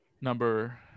Number